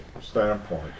standpoint